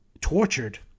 tortured